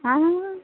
आङो